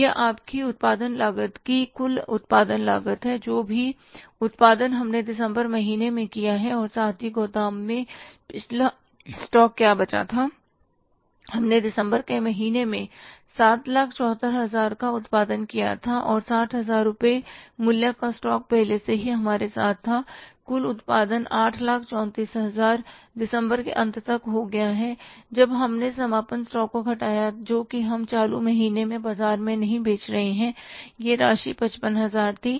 यह आपकी उत्पादन लागत की कुल उत्पादन लागत है जो भी उत्पादन हमने दिसंबर महीने में किया है और साथ ही गोदाम में पिछला स्टॉक क्या बचा था हमने दिसंबर के महीने में 774000 का उत्पादन किया था और 60000 रुपये मूल्य का स्टॉक पहले से ही हमारे साथ था कुल उत्पादन 834000 दिसंबर के अंत तक हो गया जब हमने समापन स्टॉक को घटाया जो कि हम चालू महीने में बाजार में नहीं बेच रहे हैं यह राशि 55000 थी